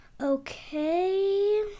Okay